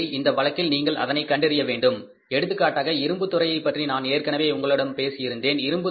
எனவே இந்த வழக்கில் நீங்கள் அதனை கண்டறிய வேண்டும் எடுத்துக்காட்டாக இரும்பு துறையைப் பற்றி நான் ஏற்கனவே உங்களிடம் பேசி இருந்தேன்